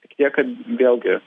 tik tiek kad vėlgi